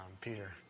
Peter